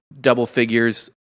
double-figures